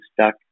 stuck